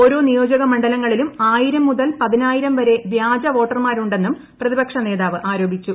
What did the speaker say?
ഓരോ നിയോജക മണ്ഡലങ്ങളിലും ആയിരം മുതൽ പതിനായിരുട് വരെ വ്യാജ വോട്ടർമാരുണ്ടെന്നും പ്രതിപക്ഷ നേതാവ് ആരോപിച്ചു